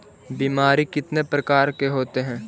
बीमारी कितने प्रकार के होते हैं?